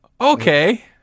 Okay